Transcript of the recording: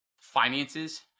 finances